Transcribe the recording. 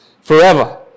forever